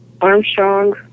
Armstrong